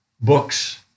books